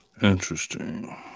Interesting